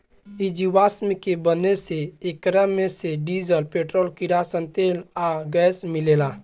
इ जीवाश्म के बने से एकरा मे से डीजल, पेट्रोल, किरासन तेल आ गैस मिलेला